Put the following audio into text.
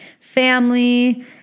family